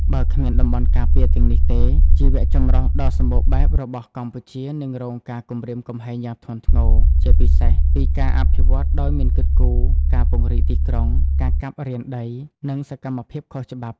បើគ្មានតំបន់ការពារទាំងនេះទេ ជីវៈចម្រុះដ៏សម្បូរបែបរបស់កម្ពុជានឹងរងការគំរាមកំហែងយ៉ាងធ្ងន់ធ្ងរ ជាពិសេសពីការអភិវឌ្ឍដោយមិនគិតគូរ ការពង្រីកទីក្រុង ការកាប់រានដី និងសកម្មភាពខុសច្បាប់។